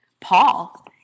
Paul